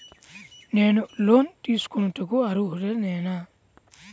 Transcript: నేను లోన్ తీసుకొనుటకు అర్హుడనేన?